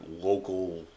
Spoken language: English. local